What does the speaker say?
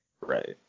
Right